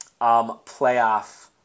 playoff